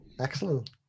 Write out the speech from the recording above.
Excellent